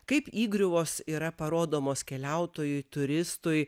kaip įgriuvos yra parodomos keliautojui turistui